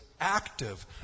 active